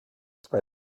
zwei